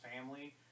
family